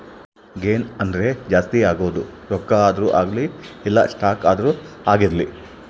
gain ಅಂದ್ರ ಜಾಸ್ತಿ ಆಗೋದು ರೊಕ್ಕ ಆದ್ರೂ ಅಗ್ಲಿ ಇಲ್ಲ ಸ್ಟಾಕ್ ಆದ್ರೂ ಆಗಿರ್ಲಿ